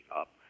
up